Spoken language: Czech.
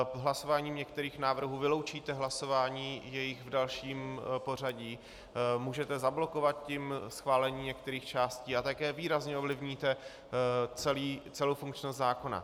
Po hlasování některých návrhů vyloučíte hlasování v jejich dalším pořadí, můžete zablokovat tím schválení některých částí a také výrazně ovlivníte celou funkčnost zákona.